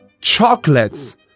Chocolates